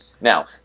Now